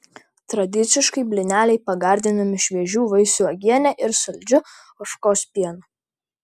tradiciškai blyneliai pagardinami šviežių vaisių uogiene ir saldžiu ožkos pienu